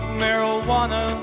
marijuana